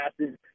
passes